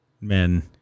men